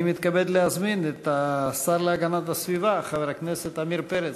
אני מתכבד להזמין את השר להגנת הסביבה חבר הכנסת עמיר פרץ.